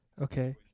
Okay